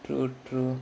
true true